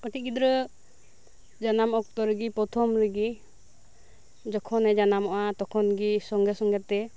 ᱠᱟᱴᱤᱡ ᱜᱤᱫᱽᱨᱟᱹ ᱡᱟᱱᱟᱢ ᱚᱠᱛᱚ ᱨᱮᱜᱮ ᱯᱨᱚᱛᱷᱚᱢ ᱨᱮᱜᱮ ᱡᱮᱠᱷᱚᱱᱮ ᱡᱟᱱᱟᱢᱚᱜᱼᱟ ᱛᱚᱠᱷᱚᱱ ᱜᱮ ᱥᱚᱸᱜᱮ ᱥᱚᱸᱜᱮᱛᱮ